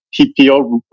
PPO